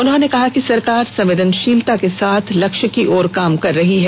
उन्होंने कहा कि सरकार संवेदनषीलता के साथ लक्ष्य की ओर काम कर रही है